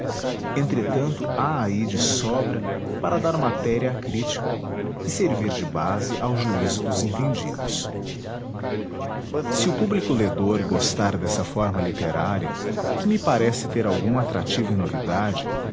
entretanto há aí de sobra para dar matéria à crítica e servir de base ao juízo dos entendidos se o público ledor gostar dessa forma literária que me parece ter algum atrativo e novidade